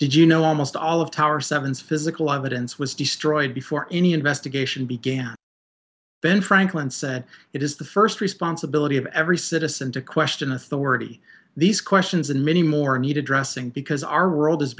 did you know almost all of tower seven's physical evidence was destroyed before any investigation began ben franklin said it is the first responsibility of every citizen to question authority these questions and many more are needed dressing because our world is